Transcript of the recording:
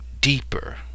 deeper